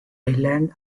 island